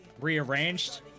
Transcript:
rearranged